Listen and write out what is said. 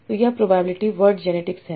तो यह probability word genetics है